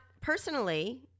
personally